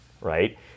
right